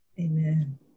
Amen